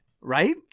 right